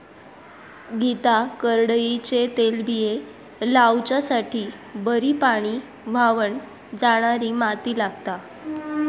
गीता करडईचे तेलबिये लावच्यासाठी बरी पाणी व्हावन जाणारी माती लागता